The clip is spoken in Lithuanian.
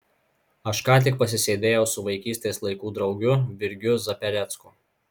aš ką tik pasisėdėjau su vaikystės laikų draugu virgiu zaperecku